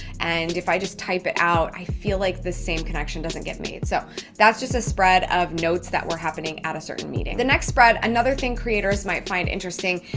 and if i just type it out, i feel like the same connection doesn't get made. so that's just a spread of notes that were happening at a certain meeting. the next spread, another thing creators might find interesting,